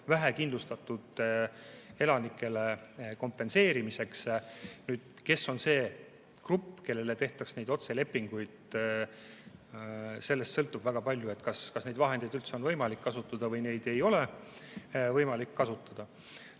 vähekindlustatud elanikele [elukalliduse tõusu] kompenseerimiseks. Kes on see grupp, kellele tehtaks neid otselepinguid? Sellest sõltub väga palju, kas neid vahendeid üldse on võimalik kasutada või neid ei ole võimalik kasutada.